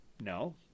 No